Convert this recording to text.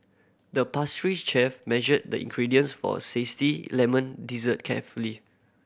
the pastry chef measured the ingredients for a zesty lemon dessert carefully